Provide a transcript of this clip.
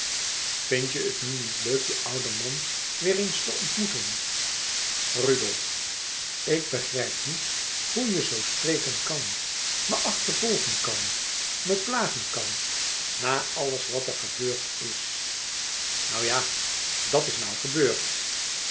vindt je het nu niet leuk je ouden man weer eens te ontmoeten rudolf ik begrijp niet hoe je zoo spreken kan me achtervolgen kan me plagen kan na alles wat er gebeurd is nou ja dat is nou gebeurd